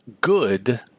good